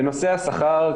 בנושא השכר,